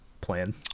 plan